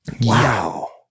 Wow